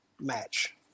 match